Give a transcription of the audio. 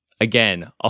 Again